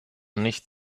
nicht